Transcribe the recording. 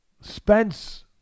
Spence